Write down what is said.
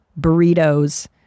burritos